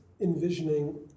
envisioning